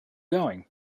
going